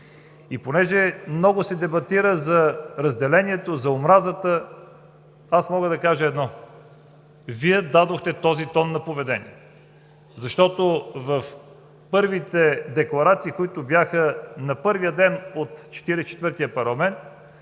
И понеже много се дебатира за разделенията, за омразата, аз мога да кажа едно: Вие дадохте този тон на поведение! Защото в първите декларации, които бяха на първия ден от Четиридесет